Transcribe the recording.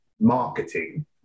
marketing